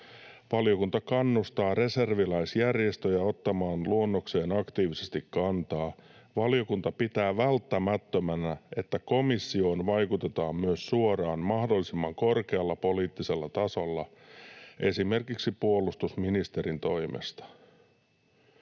”Valiokunta kannustaa reserviläisjärjestöjä ottamaan luonnokseen aktiivisesti kantaa. Valiokunta pitää välttämättömänä, että komissioon vaikutetaan myös suoraan mahdollisimman korkealla poliittisella tasolla, esimerkiksi puolustusministerin toimesta.